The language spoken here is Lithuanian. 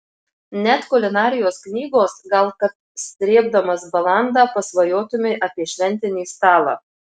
net kulinarijos knygos gal kad srėbdamas balandą pasvajotumei apie šventinį stalą